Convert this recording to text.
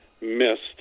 missed